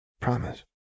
Promise